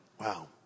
Wow